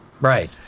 right